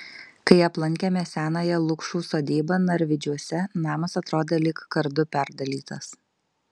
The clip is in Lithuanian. kai aplankėme senąją lukšų sodybą narvydžiuose namas atrodė lyg kardu perdalytas